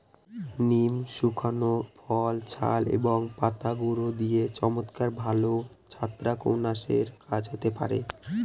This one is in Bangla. নিমের শুকনো ফল, ছাল এবং পাতার গুঁড়ো দিয়ে চমৎকার ভালো ছত্রাকনাশকের কাজ হতে পারে